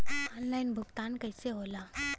Online भुगतान कईसे होला?